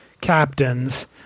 captains